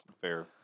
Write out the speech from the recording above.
Fair